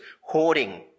hoarding